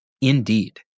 Indeed